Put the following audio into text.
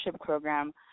program